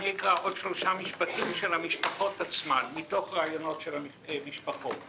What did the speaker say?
אקרא עוד שלושה משפטים מתוך ראיונות שנערכו עם המשפחות עצמן.